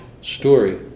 story